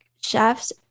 chefs